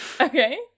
Okay